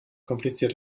kompliziert